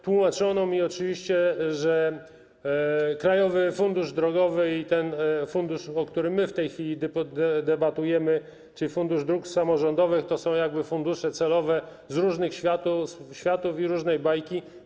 Tłumaczono mi oczywiście, że Krajowy Fundusz Drogowy i ten fundusz, o którym my w tej chwili debatujemy, czyli Fundusz Dróg Samorządowych, to są jakby fundusze celowe z różnych światów i różnych bajek.